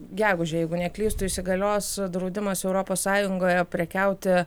gegužę jeigu neklystu įsigalios draudimas europos sąjungoje prekiauti